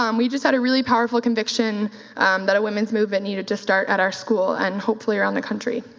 um we just had a really powerful conviction that a women's movement needed to start at our school and hopefully around the country,